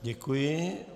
Děkuji.